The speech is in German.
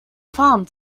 farm